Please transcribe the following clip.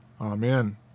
Amen